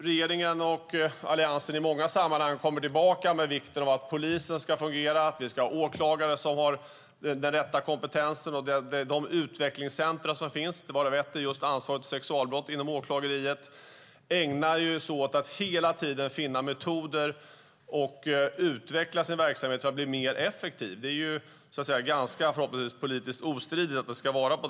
Regeringen och Alliansen kommer i många sammanhang tillbaka till vikten av att polisen ska fungera, att åklagarna ska ha den rätta kompetensen och att de utvecklingscentrum som finns - varav ett har ansvar för sexualbrott inom åklageriet - ska ägna sig åt att hela tiden finna metoder och utveckla verksamheten för att bli mer effektiva. Det är förhoppningsvis politiskt ostridigt att det ska vara så.